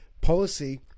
policy